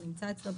הנמצא אצלו,